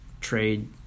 trade